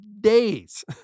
days